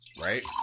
Right